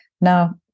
Now